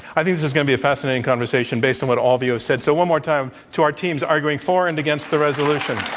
i think this is going to be a fascinating conversation based on what all of you have said, so one more time to our teams arguing for and against the resolution.